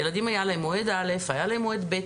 ילדים היה להם מעוד אל", היה להם מועד בי"ת.